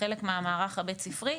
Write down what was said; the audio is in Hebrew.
כחלק מהמערך הבית-ספרי.